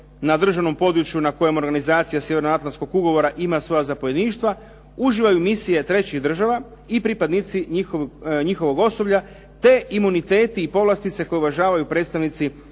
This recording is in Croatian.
na državnom području na kojem organizacija Sjevernoatlantskog ugovora ima svoja zapovjedništva uživaju misije trećih država i pripadnici njihovog osoblja te imuniteti i povlastice koje uživaju predstavnici